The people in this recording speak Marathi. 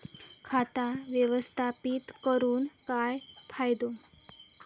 खाता व्यवस्थापित करून काय फायदो?